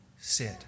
sit